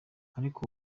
ariko